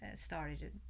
started